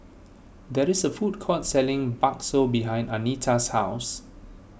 there is a food court selling Bakso behind Anita's house